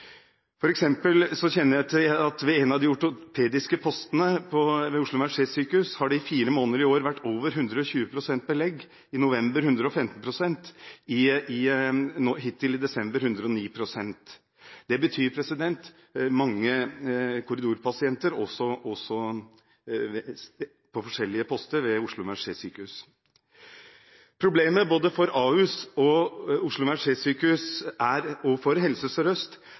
kjenner f.eks. til at ved en av de ortopediske postene ved Oslo universitetssykehus i fire måneder i år har det vært over 120 pst. belegg – i november 115 pst., hittil i desember 109 pst. Det betyr mange korridorpasienter også på forskjellige poster ved Oslo universitetssykehus. Problemet for både Ahus, Oslo universitetssykehus og Helse Sør-Øst er at det tilsynelatende ikke er noen konkret plan for